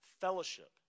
fellowship